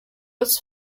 was